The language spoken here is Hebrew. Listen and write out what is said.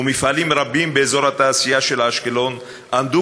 ומפעלים רבים באזור התעשייה של אשקלון עמדו